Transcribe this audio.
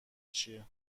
چیه